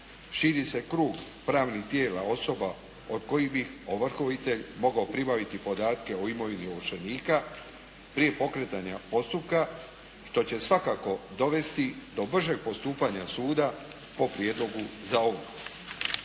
širi se krug pravnih tijela osoba od kojih bi ovrhovoditelj mogao pribaviti podatke o imovini ovršenika prije pokretanja postupka što će svakako dovesti do bržeg postupanja suda po prijedlogu za ovrhu.